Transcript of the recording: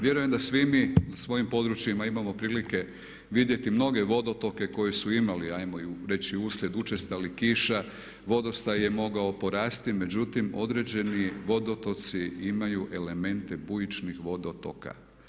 Vjerujem da svi mi na svojim područjima imamo prilike vidjeti mnoge vodotoke koji su imali ajmo reći i uslijed učestalih kiša, vodostaj je mogao porasti, međutim određeni vodotoci imaju elemente bujičnih vodotoka.